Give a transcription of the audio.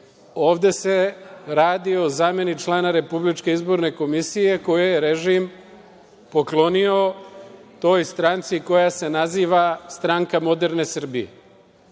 ovde se radi o zameni člana Republičke izborne komisije koji je režim poklonio toj stranci koja se naziva Stranka moderne Srbije.